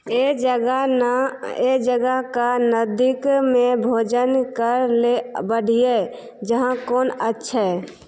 एहि जगह ने एहि जगहके नजदीकमे भोजन के लेल बढ़िऑं जगह कोन अछि